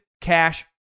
cash